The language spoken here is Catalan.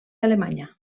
alemanya